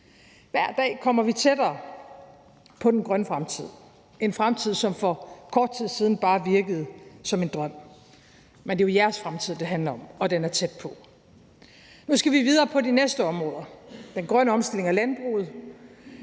Hver dag kommer vi tættere på den grønne fremtid. Det er en fremtid, som for kort tid siden bare virkede som en drøm. Men det er jo jeres fremtid, det handler om, og den er tæt på. Kl. 09:21 Nu skal vi videre på de næste områder: den grønne omstilling og landbruget.